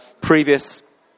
previous